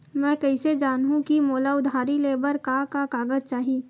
मैं कइसे जानहुँ कि मोला उधारी ले बर का का कागज चाही?